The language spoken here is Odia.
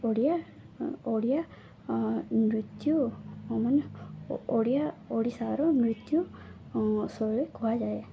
ଓଡ଼ିଆ ଓଡ଼ିଆ ନୃତ୍ୟ ମାନେ ଓଡ଼ିଆ ଓଡ଼ିଶାର ନୃତ୍ୟ ଶୈଳୀ କୁହାଯାଏ